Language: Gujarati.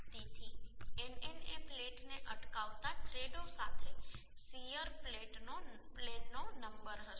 તેથી nn એ પ્લેટને અટકાવતા થ્રેડો સાથે શીયર પ્લેનનો નંબર હશે